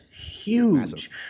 huge